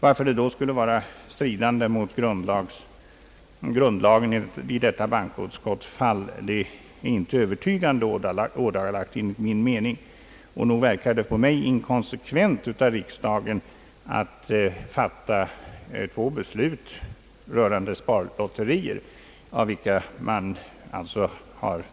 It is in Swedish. Varför det då skulle vara stridande mot grundlagen i bankoutskottsfallet är icke övertygande ådagalagt. Och nog verkar det på mig inkonsekvent av riksdagen att fatta två beslut rörande sparlotterier.